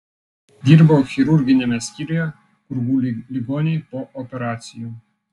dirbau chirurginiame skyriuje kur guli ligoniai po operacijų